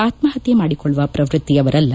ಆತ್ಮಹತ್ಯ ಮಾಡಿಕೊಳ್ಳುವ ಪ್ರವೃತ್ತಿಯವರಲ್ಲ